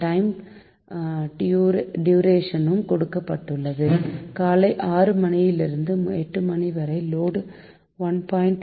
time duration ம் கொடுக்கப்பட்டுள்ளது காலை 6 மணியிலிருந்து 8 மணி வரை லோடு 1